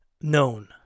Known